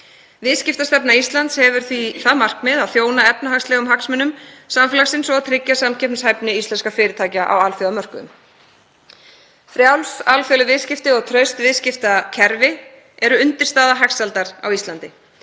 Viðskiptastefna Ísland hefur því það markmið að þjóna efnahagslegum hagsmunum samfélagsins og tryggja samkeppnishæfni íslenskra fyrirtækja á alþjóðamörkuðum. Frjáls alþjóðleg viðskipti og traust viðskiptakerfi eru undirstaða hagsældar á Íslandi.